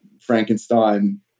Frankenstein